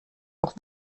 auch